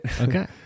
Okay